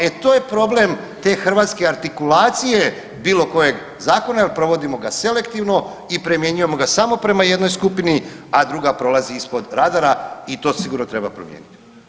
E to je problem te hrvatske artikulacije bilo kojeg zakona jer provodimo ga selektivno i primjenjujemo ga samo prema jednoj skupini a druga prolazi ispod radara i to sigurno treba promijeniti.